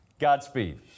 Godspeed